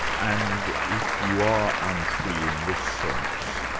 and if you are un-free in this sense,